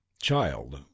Child